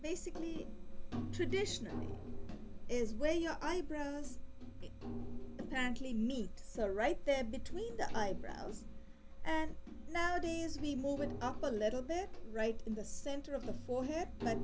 basically traditionally is where your eyebrows apparently meet so right there between the eyebrows and now days be moving up a little bit right in the center of the forehead but